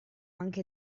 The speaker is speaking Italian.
anche